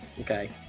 Okay